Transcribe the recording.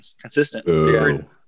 Consistent